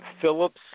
Phillips